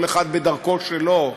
כל אחד בדרכו שלו,